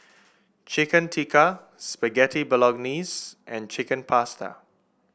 Chicken Tikka Spaghetti Bolognese and Chicken Pasta